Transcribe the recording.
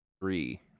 Three